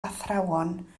athrawon